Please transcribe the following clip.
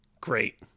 Great